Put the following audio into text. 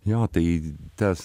jo tai tas